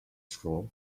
scroll